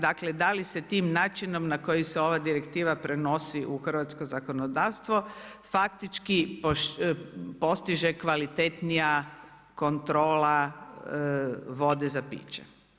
Dakle da li se tim načinom na koji se ova direktiva prenosi u hrvatsko zakonodavstvo faktički postiže kvalitetnija kontrola vode za piće.